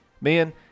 Man